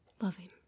Loving